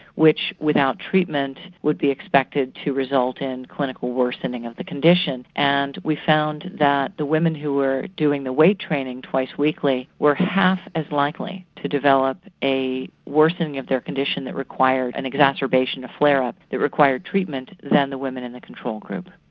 which without treatment would be expected to result in clinical worsening of the condition. and we found that the women who were doing the weight training twice weekly were half as likely to develop a worsening of their condition that required an exacerbation of flare-up that required treatment than the women in the control group.